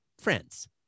Friends